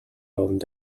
owned